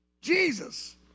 Jesus